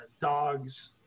dogs